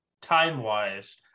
time-wise